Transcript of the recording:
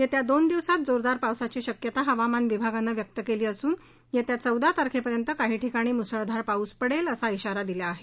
येत्या दोन दिवसांत जोरदार पावसाची शक्यता हवामान विभागनं व्यक्त केली असून येत्या चौदा तारखेपर्यंत काही ठिकाणी मुसळधार पाऊस पडेल असा इशारा दिला आहे